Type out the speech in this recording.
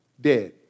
dead